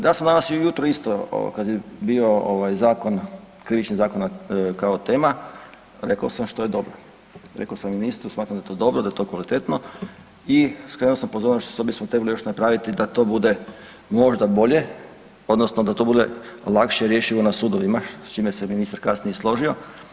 Da sam danas ujutro isto kad je bio zakon, krivični zakon kao tema, rekao sam što je dobro, rekao sam ministru smatram da je to dobro da je to kvalitetno i skrenuo sam pozornost što bismo trebali još napraviti da to bude možda bolje odnosno da to bude lakše rješivo na sudovima s čime se ministar kasnije i složio.